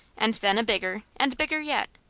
and then a bigger, and bigger yet,